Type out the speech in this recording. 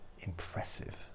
impressive